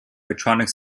electronic